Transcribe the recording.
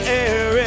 air